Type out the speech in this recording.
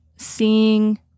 seeing